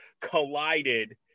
collided